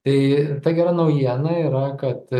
tai ta gera naujiena yra kad